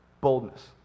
boldness